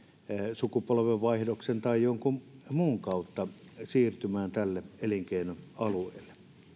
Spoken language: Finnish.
sukupolvenvaihdoksen tai jonkun muun kautta siirtymään tälle elinkeinoalu eelle